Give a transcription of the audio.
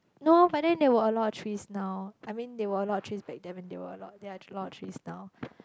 no but then there were a lot trees now I mean there were a lot of trees back then when they were a lot they are a lot trees now